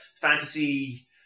fantasy